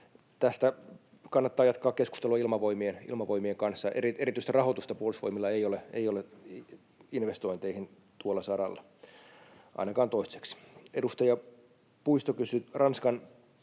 Tästä kannattaa jatkaa keskustelua Ilmavoimien kanssa. Erityistä rahoitusta Puolustusvoimilla ei ole investointeihin tuolla saralla ainakaan toistaiseksi. Edustaja Puisto kysyi Ranskan